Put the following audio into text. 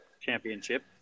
championship